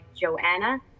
Joanna